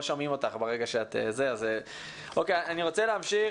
שומעים אותך ברגע שאת --- אני רוצה להמשיך.